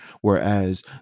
Whereas